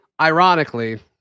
Ironically